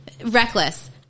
reckless